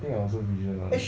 think I also visual [one]